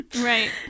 Right